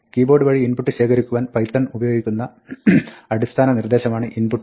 keyboard വഴി input ശേഖരിക്കുവാൻ Python ഉപയോഗിക്കുന്ന അടിസ്ഥാന നിർദ്ദേശമാണ് input